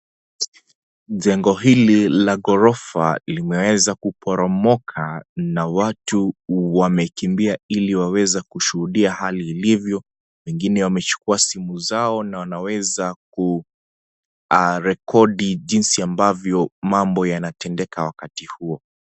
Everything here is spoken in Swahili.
Jengo hili la ghorofa limeweza kuporomoka na watu wamekimbia ili, waweze kushuhudia hali ilivyo. Wengine wamechukua simu zao na wanaweza kurekodi jinsi ambavyo, mambo yanatendeka wakati huo.